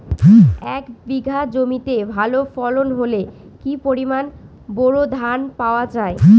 এক বিঘা জমিতে ভালো ফলন হলে কি পরিমাণ বোরো ধান পাওয়া যায়?